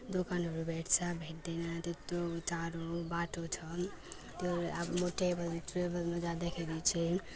दोकानहरू भेट्छ भेट्दैन त्यत्रो टाढो बाटो छ त्यो अब म ट्राभल ट्राभलमा जाँदाखेरि चाहिँ